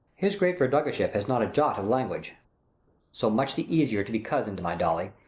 his great verdugoship has not a jot of language so much the easier to be cozen'd, my dolly.